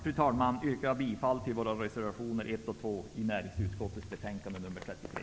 Med detta yrkar jag bifall till våra reservationer 1 och 2 i näringsutskottet betänkande nr 33.